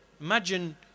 imagine